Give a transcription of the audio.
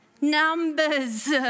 Numbers